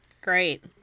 Great